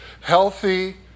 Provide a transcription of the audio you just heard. healthy